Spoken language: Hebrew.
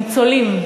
הניצולים.